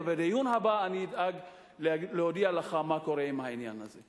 ובדיון הבא אני אדאג להודיע לך מה קורה עם העניין הזה.